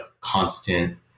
constant